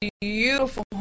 beautiful